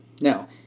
Now